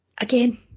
again